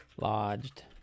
lodged